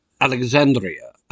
Alexandria